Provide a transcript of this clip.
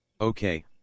Okay